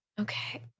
okay